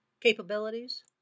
capabilities